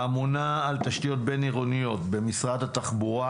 האמונה על תשתיות בין-עירוניות במשרד התחבורה,